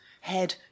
head